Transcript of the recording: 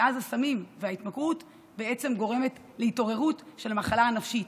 ואז הסמים וההתמכרות גורמים להתעוררות של המחלה הנפשית.